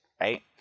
right